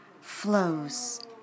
flows